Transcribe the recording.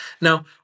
Now